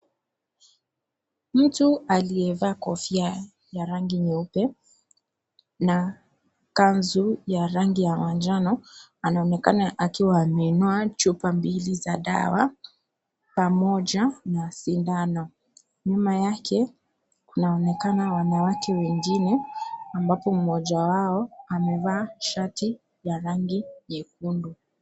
Mtu aliyevaa kofia ya rangi nyeupe, na kanzu ya rangi ya manjano, anaonekana akiwa ameinua chupa mbili za dawa, pamoja na sindano. Nyuma yake, kunaonekana wanawake wengine, ambapo mmoja wao amevaa shati la rangi nyekundu.